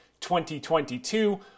2022